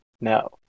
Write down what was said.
No